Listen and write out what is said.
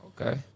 Okay